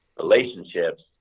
relationships